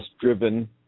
driven